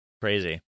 Crazy